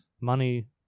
money